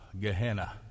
Gehenna